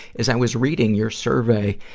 as i was reading your survey,